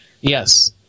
Yes